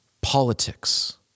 politics